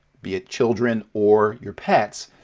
be it children, or your pets,